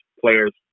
players